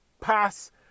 pass